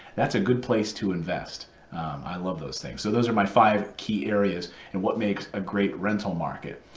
that's a good place to invest i love those things. so those are my five key areas in what makes a great rental market.